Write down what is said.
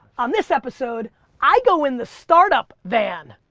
on this episode i go in the startup van.